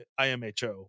IMHO